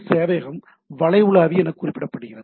சேவையகம் வலை உலாவி என குறிப்பிடப்படுகிறது